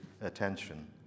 attention